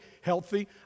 healthy